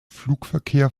flugverkehr